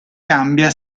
cambia